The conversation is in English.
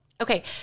Okay